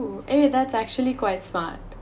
eh that's actually quite smart